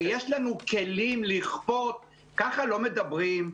ויש לנו כלים לכפות - ככה לא מדברים.